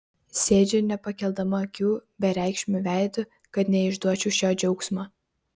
sėdžiu nepakeldama akių bereikšmiu veidu kad neišduočiau šio džiaugsmo